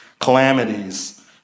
calamities